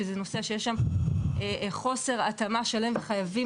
שזה נושא שיש שם חוסר התאמה שלם וחייבים